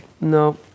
No